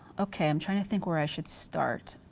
okay, i'm trying to think where i should start.